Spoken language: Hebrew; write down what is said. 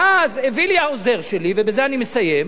ואז הביא לי העוזר שלי, ובזה אני מסיים,